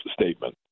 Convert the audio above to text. statement